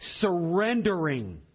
surrendering